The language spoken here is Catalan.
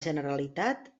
generalitat